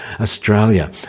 Australia